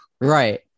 right